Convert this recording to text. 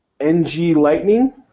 ng-lightning